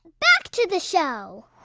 back to the show